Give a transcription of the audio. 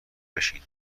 بشین